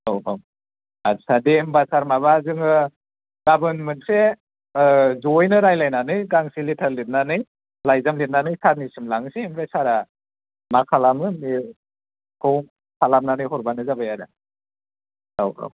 औ औ आत्सा दे होम्बा सार माबा जोङो गाबोन मोनसे जयैनो रायलायनानै गांसे लेटार लिरनानै लाइजाम लिरनानै सारनिसिम लांनोसै ओमफ्राय सारआ मा खालामो बेखौ खालामनानै हरबानो जाबाय आरो औ औ